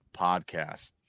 podcast